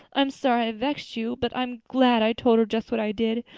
i'm sorry i've vexed you but i'm glad i told her just what i did.